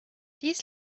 dies